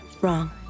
Wrong